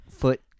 foot